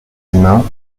humain